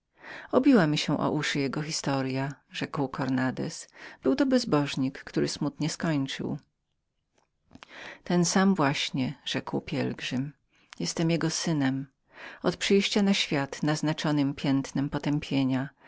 obiła mi się o uszy jego historya rzekł cornandez byłto bezbożnik który smutnie skończył ten sam właśnie rzekł pielgrzym jestem jego synem od przyjścia na świat naznaczonym piętnem potępienia